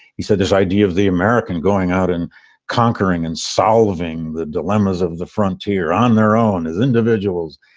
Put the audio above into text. he said his idea of the american going out and conquering and solving the dilemmas of the frontier on their own as individuals,